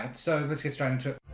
and so let's get straight into